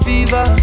Viva